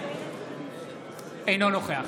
אינו נוכח